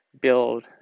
build